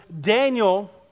Daniel